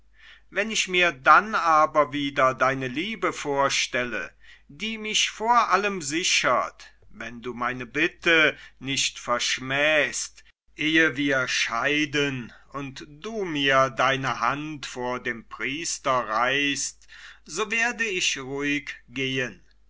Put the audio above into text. wenn ich mir dann aber wieder deine liebe vorstelle die mich vor allem sichert wenn du meine bitte nicht verschmähst ehe wir scheiden und du mir deine hand vor dem priester reichst so werde ich ruhig gehen